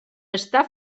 està